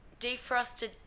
Defrosted